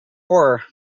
horror